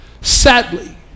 sadly